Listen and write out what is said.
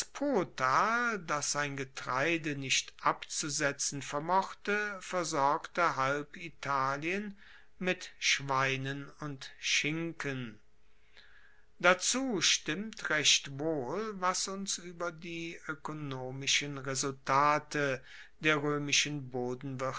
potal das sein getreide nicht abzusetzen vermochte versorgte halb italien mit schweinen und schinken dazu stimmt recht wohl was uns ueber die oekonomischen resultate der roemischen